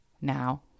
now